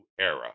era